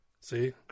See